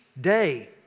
day